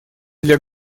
для